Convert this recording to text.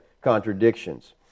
contradictions